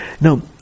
Now